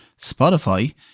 Spotify